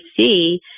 see